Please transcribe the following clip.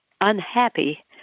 unhappy